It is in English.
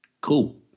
Cool